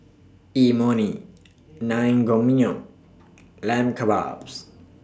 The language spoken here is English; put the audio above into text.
Imoni Naengmyeon Lamb Kebabs